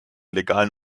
legalen